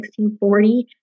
1640